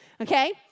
Okay